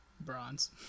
bronze